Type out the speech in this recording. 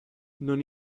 non